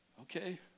Okay